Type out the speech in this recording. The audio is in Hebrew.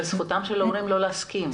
אבל זכותם של ההורים לא להסכים.